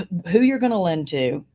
who you're going to lend to,